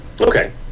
Okay